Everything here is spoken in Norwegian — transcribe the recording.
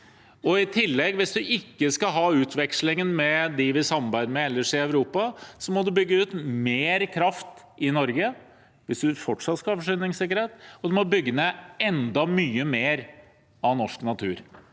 i tillegg ikke skal ha utvekslingen med dem vi samarbeider med ellers i Europa, må en bygge ut mer kraft i Norge – hvis en fortsatt skal ha forsyningssikkerhet – og en må bygge ned enda mye mer av norsk natur.